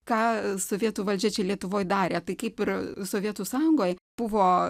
ką sovietų valdžia čia lietuvoj darė tai kaip ir sovietų sąjungoj buvo